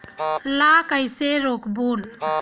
ला कइसे रोक बोन?